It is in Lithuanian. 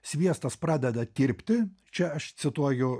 sviestas pradeda tirpti čia aš cituoju